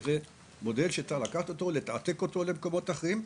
זה מודל שצריך לקחת ולהעתיק אותו למקומות אחרים,